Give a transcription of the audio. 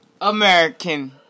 American